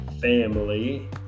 family